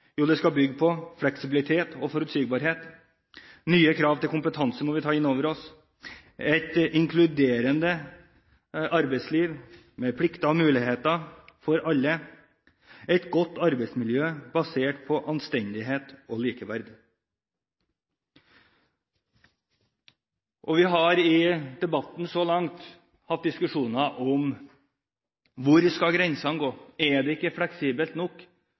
Jo, det skal bygge på fleksibilitet og forutsigbarhet, på nye krav til kompetanse, som vi må ta inn over oss, på et inkluderende arbeidsliv med plikter og muligheter for alle og på et godt arbeidsmiljø basert på anstendighet og likeverd. Vi har i debatten så langt hatt diskusjoner om: Hvor skal grensene gå? Er det ikke fleksibelt nok?